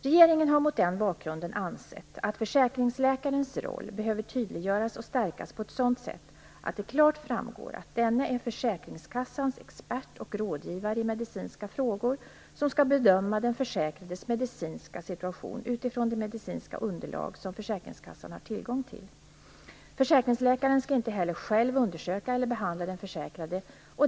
Regeringen har mot den bakgrunden ansett att försäkringsläkarens roll behöver tydliggöras och stärkas på ett sådant sätt att det klart framgår att denne är försäkringskassans expert och rådgivare i medicinska frågor som skall bedöma den försäkrades medicinska situation utifrån det medicinska underlag som försäkringskassan har tillgång till. Försäkringsläkaren skall inte heller själv undersöka eller behandla den försäkrade.